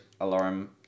alarm